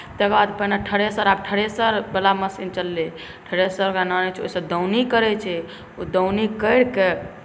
तकर बाद पहिने थ्रेसर आब थ्रेसरवला मशीन चललै थ्रेसरकेँ ओकरा अनैत छै ओहिसँ दौनी करैत छै ओ दौनी करिके